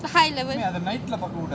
the high level